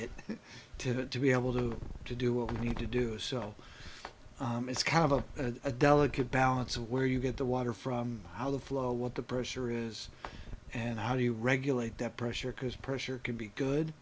it to to be able to to do a need to do so it's kind of a a delicate balance of where you get the water from how the flow what the pressure is and how do you regulate that pressure because pressure can be good